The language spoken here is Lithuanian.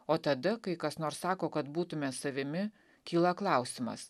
o tada kai kas nors sako kad būtume savimi kyla klausimas